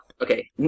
Okay